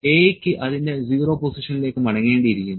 A ക്ക് അതിന്റെ 0 പൊസിഷനിലേക്ക് മടങ്ങേണ്ടിയിരിക്കുന്നു